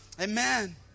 amen